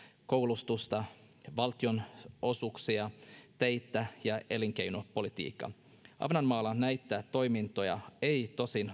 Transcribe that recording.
koulutusta valtionosuuksia teitä ja elinkeinopolitiikkaa ahvenanmaalla näitä toimintoja ei tosin